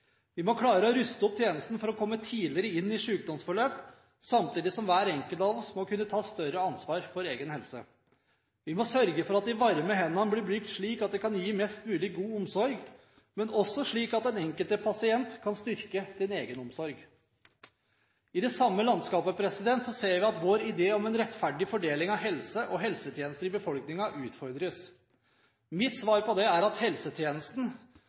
Vi må klare å ruste opp tjenestene for å komme tidligere inn i sykdomsforløp, samtidig som hver enkelt av oss må kunne ta større ansvar for egen helse. Vi må sørge for at de varme hendene blir brukt slik at de kan gi mest mulig god omsorg, men også slik at den enkelte pasient kan styrke sin egenomsorg. I det samme landskapet ser vi at vår idé om en rettferdig fordeling av helse og helsetjenester i befolkningen utfordres. Mitt svar på det er at helsetjenesten